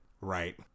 Right